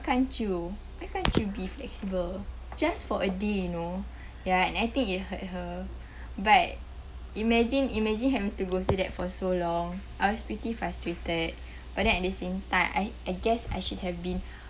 can't you why can't you be flexible just for a day you know ya and I think it hurt her but imagine imagine having to go through that for so long I was pretty frustrated but then at the same time I I guess I should have been